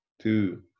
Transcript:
two